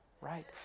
right